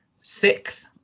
sixth